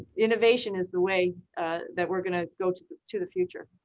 innovation is the way that we're gonna go to to the future.